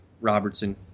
Robertson